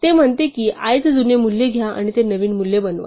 ते म्हणते i चे जुने मूल्य घ्या आणि ते नवीन मूल्य बनवा